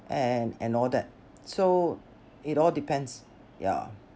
and and all that so it all depends yeah